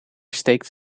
steekt